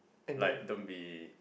like don't be